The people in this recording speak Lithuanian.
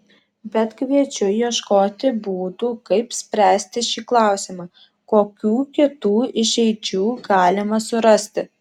bet kviečiu ieškoti būdų kaip spręsti šį klausimą kokių kitų išeičių galima surasti